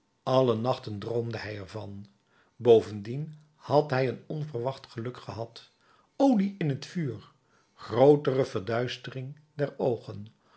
alle nachten droomde hij ervan bovendien had hij een onverwacht geluk gehad olie in het vuur grootere verduistering der oogen